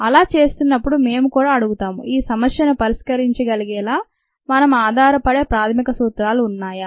అలా చేస్తున్నప్పుడు మేము కూడా అడుగుతాము ఈ సమస్యను పరిష్కరించ గలిగేలా మనం ఆధారపడే ప్రాథమిక సూత్రాలు ఉన్నాయా